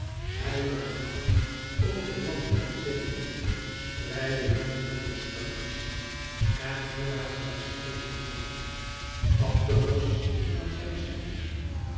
heilige nacht over land en zee spreidde de moederlijke sluiers en herakles steeg aan land abderos aan zijn zijde